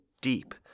deep